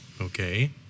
Okay